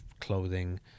clothing